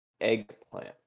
eggplant